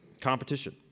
competition